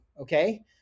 okay